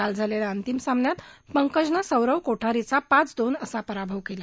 काल झालेल्या अंतिम सामन्यात पंकजनं सौरव कोठारीचा पाच दोन असा पराभव केला